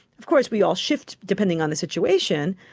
of course we all shift depending on the situation,